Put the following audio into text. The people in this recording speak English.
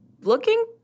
looking